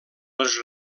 les